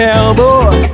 Cowboy